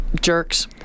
jerks